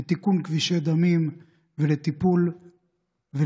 לתיקון כבישי דמים ולטיפול ולתקווה